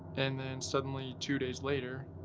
and then suddenly two days later,